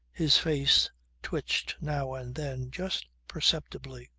his face twitched now and then just perceptibly.